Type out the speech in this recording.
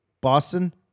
Boston